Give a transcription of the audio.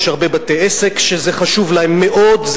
יש הרבה בתי-עסק שזה חשוב להם מאוד,